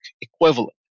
equivalent